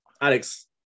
alex